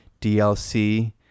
DLC